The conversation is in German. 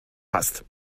hast